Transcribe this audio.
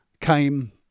came